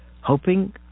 hoping